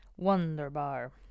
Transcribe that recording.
Wonderbar